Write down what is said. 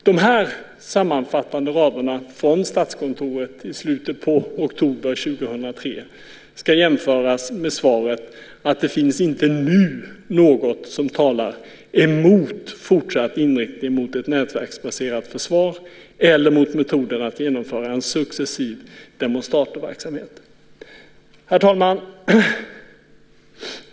De här sammanfattande raderna från Statskontoret i slutet på oktober 2003 ska jämföras med svaret att det finns "inte nu något som talar emot fortsatt inriktning mot ett nätverksbaserat försvar, eller mot metoden att genomföra en successiv demonstratorverksamhet". Herr talman!